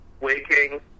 Waking